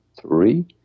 three